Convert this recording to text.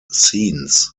scenes